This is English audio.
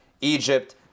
Egypt